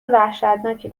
وحشتناکی